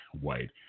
White